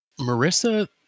Marissa